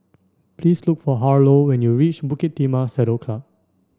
please look for Harlow when you reach Bukit Timah Saddle Club